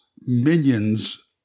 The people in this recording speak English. minions